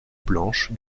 blanche